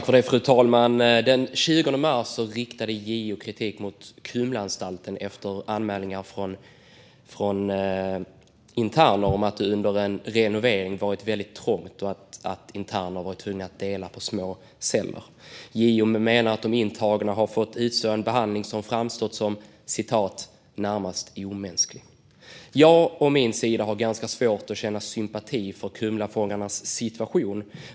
Fru talman! Den 20 mars riktade JO kritik mot Kumlaanstalten efter anmälningar från interner om att det under en renovering varit väldigt trångt och att interner varit tvungna att dela på små celler. JO menar att de intagna fått utstå en behandling som framstått som "närmast omänsklig". Jag å min sida har ganska svårt att känna sympati för Kumlafångarnas situation.